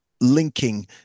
linking